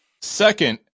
Second